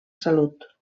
salut